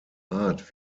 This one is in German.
art